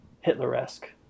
Hitler-esque